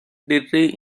degree